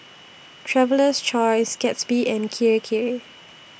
Traveler's Choice Gatsby and Kirei Kirei